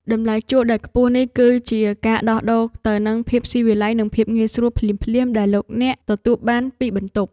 តម្លៃជួលដែលខ្ពស់នេះគឺជាការដោះដូរទៅនឹងភាពស៊ីវិល័យនិងភាពងាយស្រួលភ្លាមៗដែលលោកអ្នកទទួលបានពីបន្ទប់។